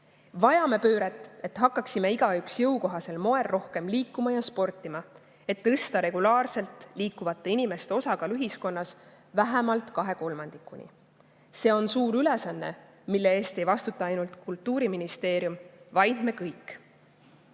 Vajame pööret, et hakkaksime igaüks jõukohasel moel rohkem liikuma ja sportima, et tõsta regulaarselt liikuvate inimeste osakaal ühiskonnas vähemalt kahe kolmandikuni. See on suur ülesanne, mille eest ei vastuta ainult Kultuuriministeerium, vaid me kõik.